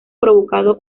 provocado